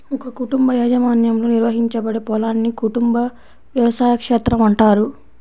ఒక కుటుంబ యాజమాన్యంలో నిర్వహించబడే పొలాన్ని కుటుంబ వ్యవసాయ క్షేత్రం అంటారు